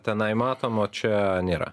tenai matom o čia nėra